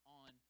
on